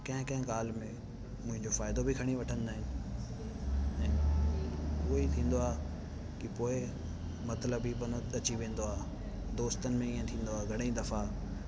कंहिं कंहिं ॻाल्हि में मुंहिंजो फ़ाइदो बि खणी वठंदा आहिनि ऐं कोई थींदो आहे कि पोइ मतलबी बनत अची वेंदो आहे दोस्तनि में ईअं थींदो आहे घणेई द